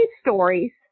stories